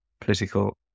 political